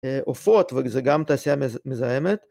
עופות ו.. זה גם תעשייה מזהמת